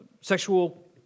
sexual